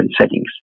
settings